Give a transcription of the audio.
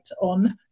on